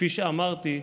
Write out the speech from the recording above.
כפי שאמרתי,